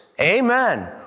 amen